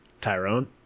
Tyrone